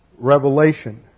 revelation